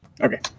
Okay